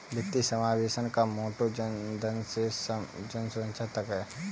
वित्तीय समावेशन का मोटो जनधन से जनसुरक्षा तक है